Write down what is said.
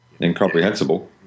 incomprehensible